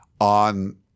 on